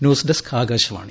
news desk Akashvani